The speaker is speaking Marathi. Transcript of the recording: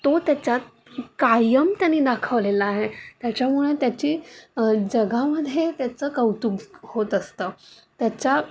तो त्याच्यात कायम त्याने दाखवलेले आहे त्याच्यामुळे त्याची जगामध्ये त्याचे कौतुक होत असते त्याच्या